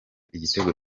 igitego